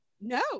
No